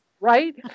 Right